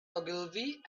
ogilvy